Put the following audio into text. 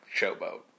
Showboat